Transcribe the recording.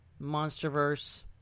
MonsterVerse